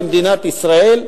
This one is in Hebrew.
במדינת ישראל,